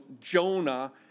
Jonah